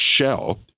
shell